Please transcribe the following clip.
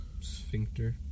Sphincter